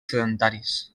sedentaris